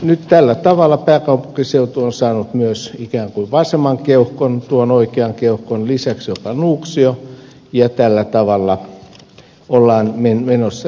nyt tällä tavalla pääkaupunkiseutu on saanut myös ikään kuin vasemman keuhkon tuon oikean keuhkon lisäksi joka on nuuksio ja tällä tavalla ollaan menossa eteenpäin